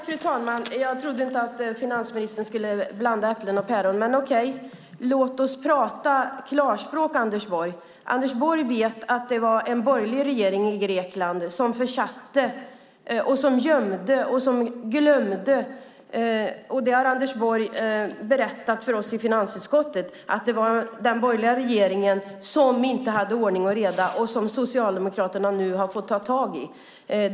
Fru talman! Jag trodde inte att finansministern skulle blanda äpplen och päron. Men okej, låt oss tala klarspråk, Anders Borg. Anders Borg vet att det var en borgerlig regering i Grekland som gömde och glömde. Anders Borg har berättat för oss i finansutskottet att det var den borgerliga regeringen som inte hade ordning och reda, och nu har socialdemokraterna fått ta tag i situationen.